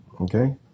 Okay